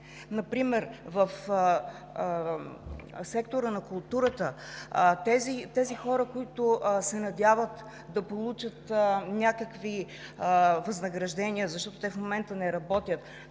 Например в сектора на културата тези хора, които се надяват да получат някакви възнаграждения, защото в момента не работят,